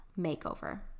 makeover